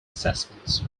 assessments